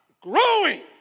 growing